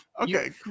Okay